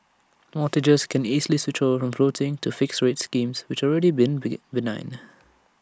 mortgagors can easily switch over from floating to fixed rate schemes which already been begin benign